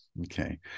Okay